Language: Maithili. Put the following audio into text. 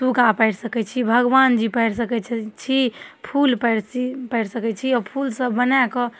सुग्गा पाड़ि सकै छी भगवानजी पाड़ि सकै छी फूल पाड़ि सकै छी ओ फूलसब बनाकऽ